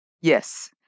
Yes